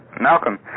Malcolm